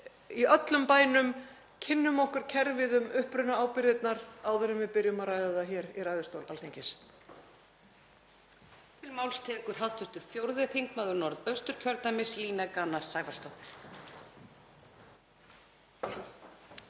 í öllum bænum kynnum okkar kerfið um upprunaábyrgðirnar áður en við byrjum að ræða það í ræðustól Alþingis.